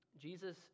Jesus